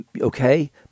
okay